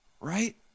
right